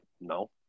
No